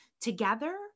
together